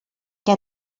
què